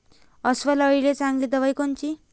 अस्वल अळीले चांगली दवाई कोनची?